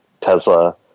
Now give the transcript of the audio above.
Tesla